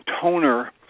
toner